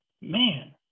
man